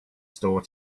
store